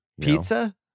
Pizza